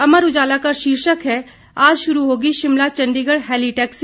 अमर उजाला का शीर्षक है आज शुरू होगी शिमला चंडीगढ़ हेली टैक्सी